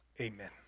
amen